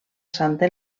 santa